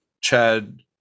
Chad